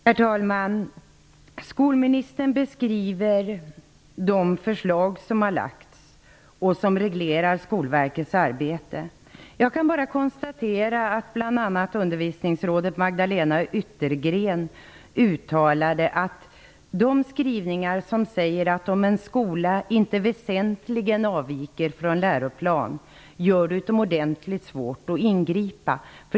Herr talman! Skolministern beskriver de förslag som har lagts fram och som reglerar Skolverkets arbete. Jag kan bara konstatera att bl.a. Skrivningarna där det sägs att om en skola inte väsentligen avviker från läroplanen gör det utomordentligt svårt att ingripa.